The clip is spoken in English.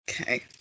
Okay